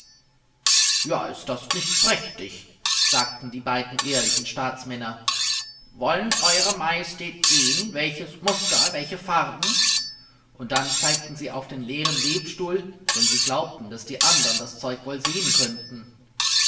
ja ist das nicht prächtig sagten die beiden ehrlichen staatsmänner wollen ew majestät sehen welches muster welche farben und dann zeigten sie auf den leeren webstuhl denn sie glaubten daß die andern das zeug wohl sehen könnten